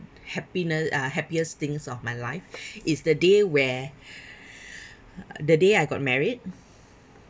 happine~ uh happiest things of my life is the day where uh the day I got married